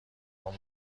نمره